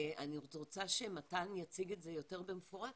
אני רוצה שמתן יציג את זה יותר במפורט.